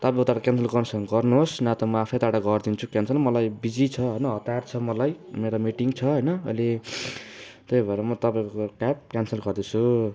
तपाईँ उताबाट क्यान्सल गर्नुहुन्छ भने गर्नुहोस् नत्र म आफै यताबाट गरिदिन्छु क्यान्सल मलाई बिजी छ होइन हतार छ मलाई मेरो मिटिङ छ होइन अहिले त्यही भएर म तपाईँको क्याब क्यान्सल गर्दैछु